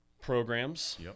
programs